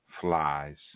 flies